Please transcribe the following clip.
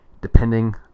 depending